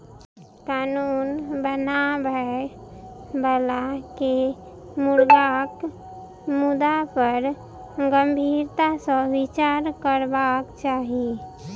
कानून बनाबय बला के मुर्गाक मुद्दा पर गंभीरता सॅ विचार करबाक चाही